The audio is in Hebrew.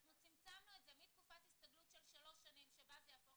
שצמצמנו את זה מתקופת הסתגלות של שלוש שנים שבה זה יהפוך